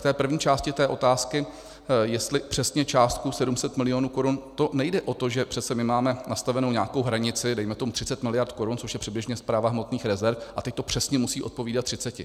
K prvé části otázky, jestli přesně částku 700 milionů korun, nejde o to, že přece my máme nastavenou nějakou hranici, dejme tomu 30 miliard korun, což je přibližně správa hmotných rezerv, a teď to přesně musí odpovídat třiceti.